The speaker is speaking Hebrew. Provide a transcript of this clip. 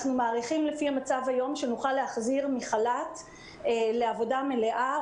אנחנו מעריכים לפי המצב היום שנוכל להחזיר מחל"ת לעבודה מלאה,